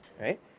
right